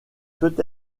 peut